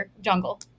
jungle